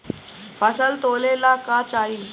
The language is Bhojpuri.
फसल तौले ला का चाही?